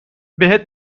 بهت